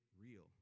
real